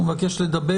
הוא מבקש לדבר.